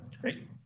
Great